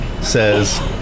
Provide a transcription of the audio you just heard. says